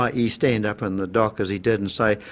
ah ie stand up in the dock as he did and say,